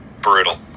brutal